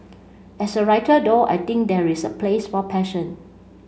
as a writer though I think there is a place for passion